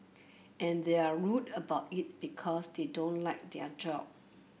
and they're rude about it because they don't like their job